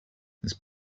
this